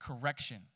correction